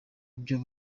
ibyo